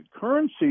currency